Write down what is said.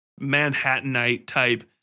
Manhattanite-type